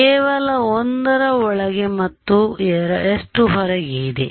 ಕೇವಲ 1 ಒಳಗೆ ಮತ್ತು s2 ಹೊರಗೆ ಇದೆ